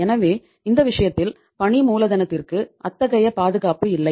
எனவே இந்த விஷயத்தில் பணி மூலதனதிற்கு அத்தகைய பாதுகாப்பு இல்லை